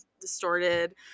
distorted